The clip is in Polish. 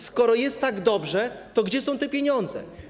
Skoro jest tak dobrze, to gdzie są te pieniądze?